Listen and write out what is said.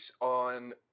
on